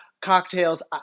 cocktails